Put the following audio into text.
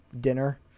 dinner